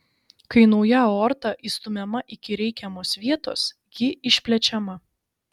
kai nauja aorta įstumiama iki reikiamos vietos ji išplečiama